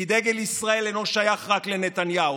כי דגל ישראל אינו שייך רק לנתניהו,